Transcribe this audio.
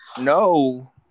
No